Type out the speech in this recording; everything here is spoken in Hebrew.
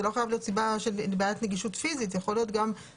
זאת לא חייבת להיות בעיית נגישות פיזית אלא יכולה אדם